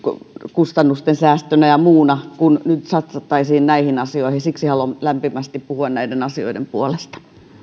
kustannusten säästönä ja muuna kun nyt satsattaisiin näihin asioihin siksi haluan lämpimästi puhua näiden asioiden puolesta